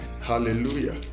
hallelujah